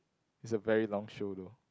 it's a very long show though